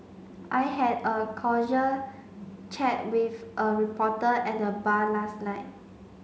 I had a chat with a reporter at the bar last night